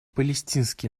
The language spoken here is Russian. палестинский